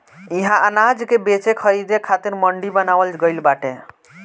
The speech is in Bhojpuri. इहा अनाज के बेचे खरीदे खातिर मंडी बनावल गइल बाटे